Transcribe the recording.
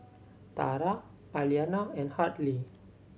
Tara Aliana and Hartley